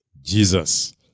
Jesus